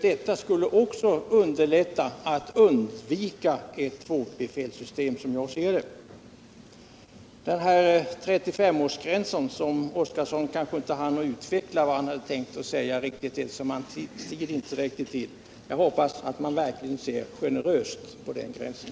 Det skulle, som jag ser det, underlätta undvikandet av ett tvåbefälssystem. Beträffande 35-årsgränsen hann Gunnar Oskarson inte riktigt utveckla vad han hade tänkt säga, eftersom hans tid inte räckte till. Jag hoppas att man ser generöst på den gränsen.